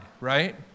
right